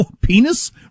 penis